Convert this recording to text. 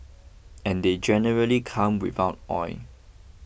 and they generally come without oil